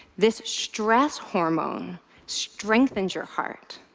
this stress hormone strengthens your heart.